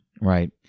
right